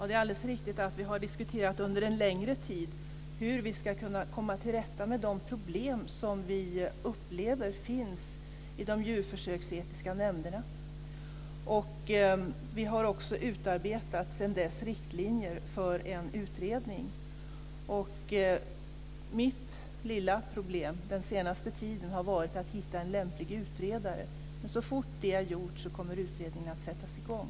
Fru talman! Det är alldeles riktigt att vi under en längre tid har diskuterat hur vi ska kunna komma till rätta med de problem som vi upplever finns i de djurförsöksetiska nämnderna. Vi har också sedan dess utarbetat riktlinjer för en utredning. Mitt lilla problem den senaste tiden har varit att hitta en lämplig utredare. Så fort det är gjort kommer utredningen att sättas i gång.